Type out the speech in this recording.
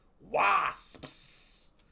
wasps